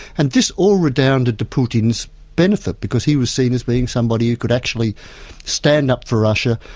and this all redounded to putin's benefit, because he was seen as being somebody who could actually stand up for russia,